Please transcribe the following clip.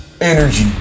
Energy